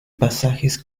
pasajes